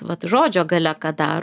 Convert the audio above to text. vat žodžio galia ką dar